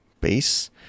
base